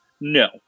No